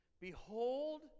Behold